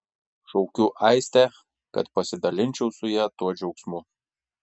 šaukiu aistę kad pasidalinčiau su ja tuo džiaugsmu